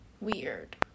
weird